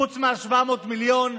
חוץ מה-700 מיליון,